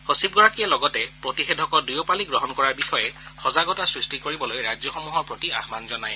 সচিবগৰাকীয়ে লগতে প্ৰতিষেধকৰ দুয়ো পালি গ্ৰহণ কৰাৰ বিষয়ে সজাগতা সৃষ্টি কৰিবলৈ ৰাজ্যসমূহৰ প্ৰতি আহান জনায়